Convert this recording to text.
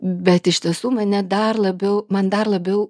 bet iš tiesų mane dar labiau man dar labiau